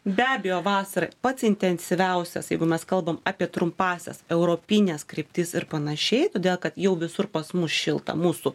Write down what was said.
be abejo vasarą pats intensyviausias jeigu mes kalbam apie trumpąsias europines kryptis ir panašiai todėl kad jau visur pas mus šilta mūsų